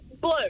blue